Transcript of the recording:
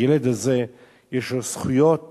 הילד הזה יש לו זכויות